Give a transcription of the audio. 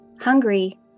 hungry